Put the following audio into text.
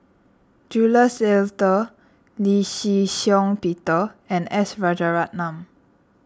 Jules Itier Lee Shih Shiong Peter and S Rajaratnam